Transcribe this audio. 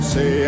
Say